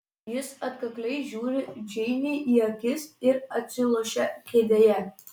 jis atkakliai žiūri džeinei į akis ir atsilošia kėdėje